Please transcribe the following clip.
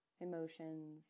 emotions